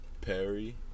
Perry